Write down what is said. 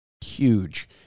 huge